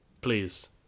please